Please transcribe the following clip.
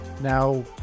now